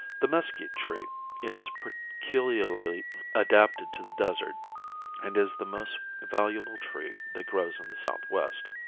the mesquite tree is peculiarly adapted to the desert and is the most valuable tree that grows in the southwest.